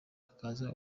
hakaza